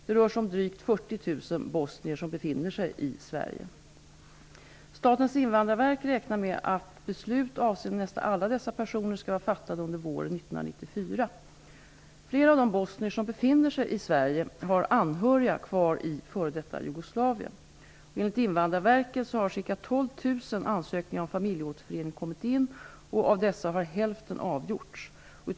Det rör sig om drygt Statens invandrarverk räknar med att beslut avseende nästan alla dessa personer skall vara fattade under våren 1994. Flera av de bosnier som befinner sig i Sverige har anhöriga kvar i f.d. Jugoslavien. Enligt Invandrarverket har ca 12 000 ansökningar om familjeåterföring kommit in och av dessa har hälften avgjorts.